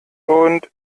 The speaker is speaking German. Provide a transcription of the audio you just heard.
und